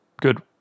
good